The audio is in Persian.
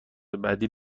بعدی